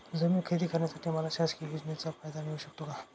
जमीन खरेदी करण्यासाठी मला शासकीय योजनेचा फायदा मिळू शकतो का?